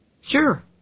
Sure